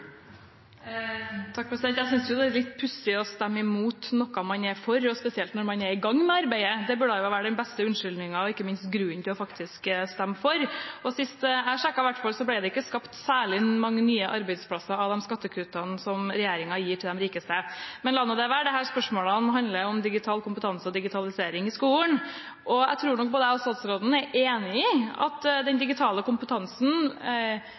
Jeg synes det er litt pussig å stemme imot noe man er for, spesielt når man er i gang med arbeidet. Det burde være den beste unnskyldningen og ikke minst grunnen til faktisk å stemme for. I hvert fall sist jeg sjekket, var det ikke skapt særlig mange nye arbeidsplasser av skattekuttene regjeringen gir til de rikeste. Men la nå det være – disse spørsmålene handler om digital kompetanse og digitalisering i skolen. Jeg tror nok jeg og statsråden er enig i at den digitale kompetansen